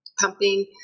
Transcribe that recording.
pumping